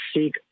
seek